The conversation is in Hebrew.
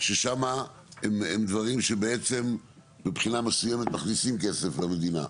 ששמה הם דברים שבעצם מבחינה מסוימת מכניסים כסף למדינה,